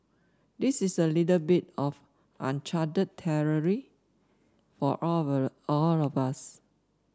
this is a little bit of uncharted territory for all of all of us